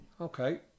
okay